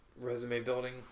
resume-building